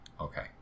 okay